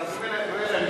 צריך שלוש קריאות.